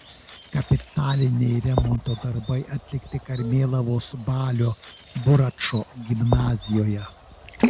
kapitaliniai remonto darbai atlikti karmėlavos balio buračo gimnazijoje